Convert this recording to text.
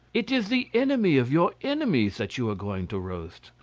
it is the enemy of your enemies that you are going to roast.